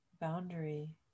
boundary